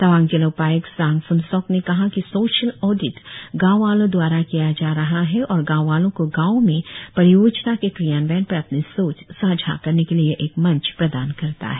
तवांग जिला उपाय्क्त सांग फूनासोक ने कहा कि सोशल ओडिट गांव वालों दवारा किया जा रहा है और गांव वालों को गावों में परियोजना के क्रियान्वयन पर अपनी सोच सांझा करने के लिए यह एक मंच प्रदान करता है